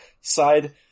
side